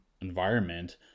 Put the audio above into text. environment